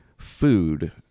Food